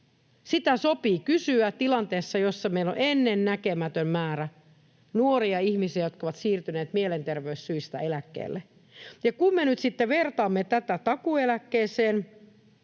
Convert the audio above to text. Sitä sopii kysyä tilanteessa, jossa meillä on ennennäkemätön määrä nuoria ihmisiä, jotka ovat siirtyneet mielenterveyssyistä eläkkeelle. Ja kun me nyt sitten vertaamme tätä takuueläkkeeseen,